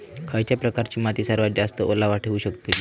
खयच्या प्रकारची माती सर्वात जास्त ओलावा ठेवू शकतली?